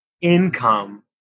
income